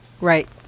Right